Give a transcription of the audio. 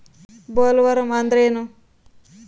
Bollworm ಅಂದ್ರೇನು?